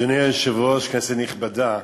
אדוני היושב-ראש, כנסת נכבדה,